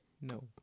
No